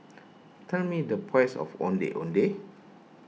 tell me the price of Ondeh Ondeh